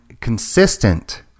consistent